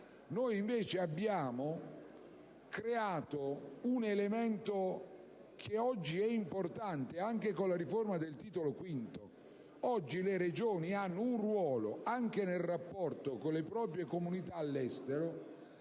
invece creato un elemento che oggi è importante, anche con la riforma del Titolo V. Oggi le Regioni, anche nel rapporto con le proprie comunità all'estero,